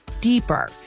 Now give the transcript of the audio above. deeper